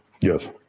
yes